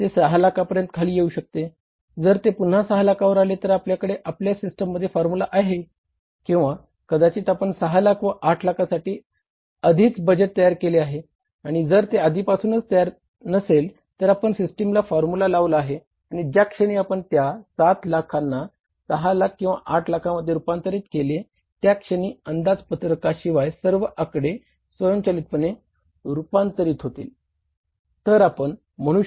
ते 6 लाखांपर्यंत खाली येऊ शकते जर ते पुन्हा 6 लाखांवर आले तर आपल्याकडे आपल्या सिस्टममध्ये फॉर्म्युला आहे किंवा कदाचित आपण 6 लाख व 8 लाखासाठी अधिच बजेट तयार केले आहे आणि जर ते आधीपासून तयार नसेल तर आपण सिस्टमला फॉर्म्युला लावलेला आहे आणि ज्याक्षणी आपण त्या7 लाखांना 6 लाख किंवा 8 लाख मध्ये रुपांतरित केले त्या क्षणी अंदाजपत्रका शिवाय सर्व आकडे स्वयंचलितपणे रूपांतरित होतील